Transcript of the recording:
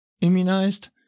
immunized